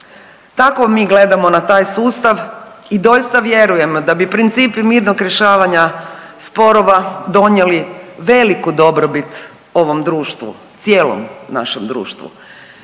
Tako mi gledamo na taj sustav i doista vjerujemo da bi principi mirnog rješavanja sporova donijeli veliku dobrobit ovom društvu, cijelom našem društvu.